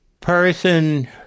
person